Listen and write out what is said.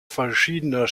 verschiedener